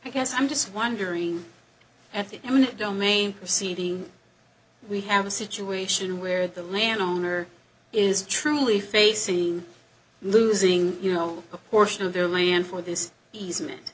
i guess i'm just wondering at the domain proceeding we have a situation where the landowner is truly facing losing you know a portion of their land for this easemen